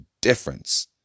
difference